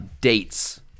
dates